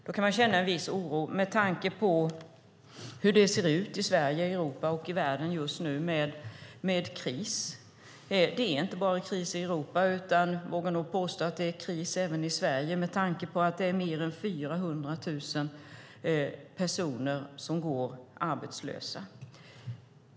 Då kan man känna en viss oro med tanke på hur det ser ut i Sverige, Europa och världen just nu, med kris. Det är kris inte bara i övriga Europa, utan jag vågar nog påstå att det är kris även i Sverige, med tanke på att det är mer än 400 000 personer som går arbetslösa.